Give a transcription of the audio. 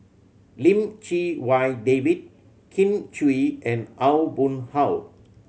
Lim Chee Wai David Kin Chui and Aw Boon Haw